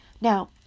Now